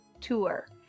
tour